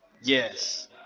yes